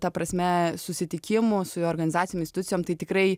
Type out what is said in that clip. ta prasme susitikimų su jų organizacijom institucijom tai tikrai